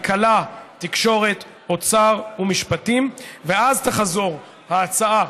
כלכלה, תקשורת אוצר ומשפטים, ואז תחזור ההצעה,